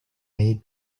made